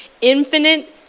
infinite